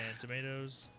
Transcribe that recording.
tomatoes